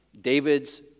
David's